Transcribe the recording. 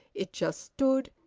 it just stood,